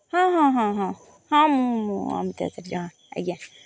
ହଁ ହଁ ହଁ ହଁ ହଁ ମୁଁଁ ଅମିତା ଆଚାର୍ଯ୍ୟ ହଁ ଆଜ୍ଞା